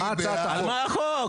על מה הצעת החוק?